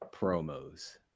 promos